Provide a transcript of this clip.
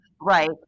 Right